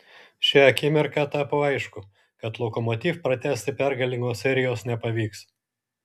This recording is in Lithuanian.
šią akimirką tapo aišku kad lokomotiv pratęsti pergalingos serijos nepavyks